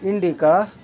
Indica